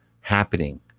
happening